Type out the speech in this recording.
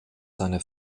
seine